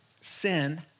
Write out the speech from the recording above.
Sin